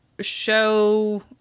show